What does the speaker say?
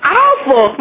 awful